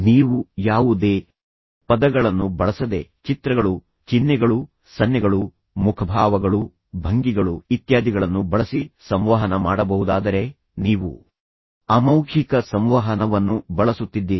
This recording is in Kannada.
ನೀವು ಯಾವುದೇ ಪದಗಳನ್ನು ಬಳಸದೆ ಚಿತ್ರಗಳು ಚಿಹ್ನೆಗಳು ಸನ್ನೆಗಳು ಮುಖಭಾವಗಳು ಭಂಗಿಗಳು ಇತ್ಯಾದಿಗಳನ್ನು ಬಳಸಿ ಸಂವಹನ ಮಾಡಬಹುದಾದರೆ ನೀವು ಅಮೌಖಿಕ ಸಂವಹನವನ್ನು ಬಳಸುತ್ತಿದ್ದೀರಿ